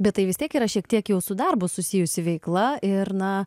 bet tai vis tiek yra šiek tiek jau su darbu susijusi veikla ir na